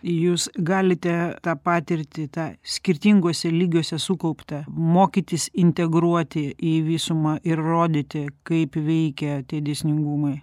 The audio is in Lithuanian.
jūs galite tą patirtį tą skirtinguose lygiuose sukauptą mokytis integruoti į visumą ir rodyti kaip veikia tie dėsningumai